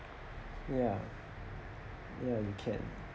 ya ya you can